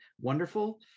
wonderful